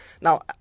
Now